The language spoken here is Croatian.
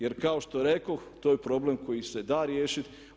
Jer kao što rekoh to je problem koji se da riješiti.